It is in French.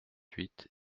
huit